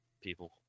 people